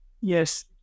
Yes